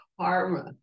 karma